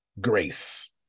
Grace